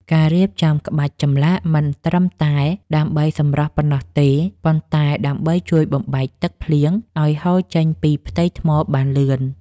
ការរៀបចំក្បាច់ចម្លាក់មិនត្រឹមតែដើម្បីសម្រស់ប៉ុណ្ណោះទេ ប៉ុន្តែដើម្បីជួយបំបែកទឹកភ្លៀងឱ្យហូរចេញពីផ្ទៃថ្មបានលឿន។